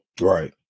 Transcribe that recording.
Right